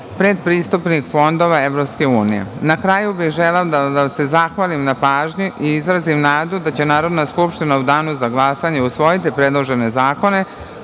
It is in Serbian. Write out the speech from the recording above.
predpristupnih fondova EU.Na kraju bih želela da vam se zahvalim na pažnji i izrazim nadu da će Narodna skupština u danu za glasanje usvojiti predložene zakone,